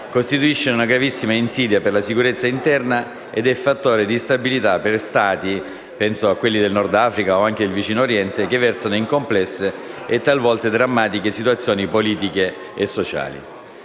costituisce una gravissima insidia per la sicurezza interna ed è fattore di instabilità per Stati - penso a quelli del Nord Africa o anche del vicino Oriente - che versano in complesse e talvolta drammatiche situazioni politiche e sociali.